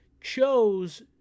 chose